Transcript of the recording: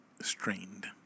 strained